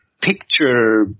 picture